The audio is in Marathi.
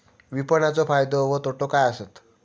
विपणाचो फायदो व तोटो काय आसत?